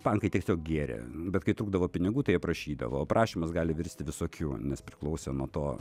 pankai tiesiog gėrė bet kai trūkdavo pinigų tai jie prašydavo o prašymas gali virsti visokiu nes priklausė nuo to